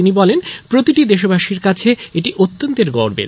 তিনি বলেন প্রতিটি দেশবাসীর কাছে এটি অত্যন্ত গর্বের